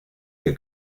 que